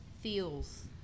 feels